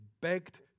begged